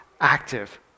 active